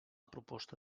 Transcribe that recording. proposta